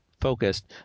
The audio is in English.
focused